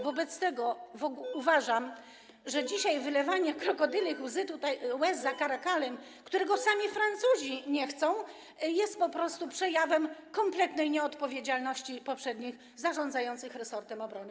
Wobec tego uważam, że dzisiaj wylewanie krokodylich łez za Caracalem, którego sami Francuzi nie chcą, [[Wesołość na sali]] jest po prostu przejawem kompletnej nieodpowiedzialności poprzednich zarządzających resortem obrony.